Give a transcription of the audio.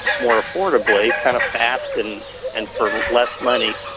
more affordably, kind of fast and and for less money,